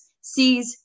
sees